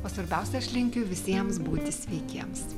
o svarbiausia aš linkiu visiems būti sveikiems